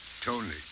Tony